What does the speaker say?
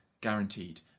guaranteed